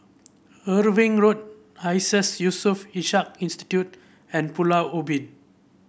Irving Road Iseas Yusof Ishak Institute and Pulau Ubin